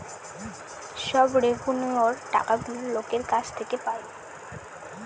সব রেভিন্যুয়র টাকাগুলো লোকের কাছ থেকে পায়